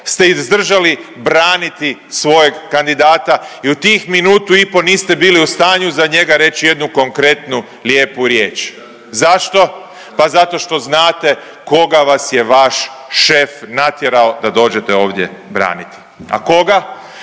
ste izdržali braniti svojeg kandidata i u tih minutu i po niste bili u stanju za njega reći jednu konkretnu lijepu riječ. Zašto? Pa zato što znate koga vas je vaš šef natjerao da dođete ovdje braniti. A koga?